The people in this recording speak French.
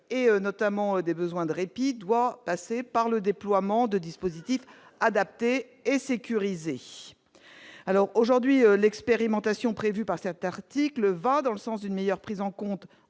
et notamment des besoins de répit doit passer par le déploiement de dispositif adapté et sécurisé alors aujourd'hui l'expérimentation prévue par cet article va dans le sens d'une meilleure prise en compte